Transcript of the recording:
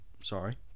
sorry